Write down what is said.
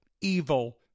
evil